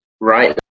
right